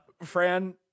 Fran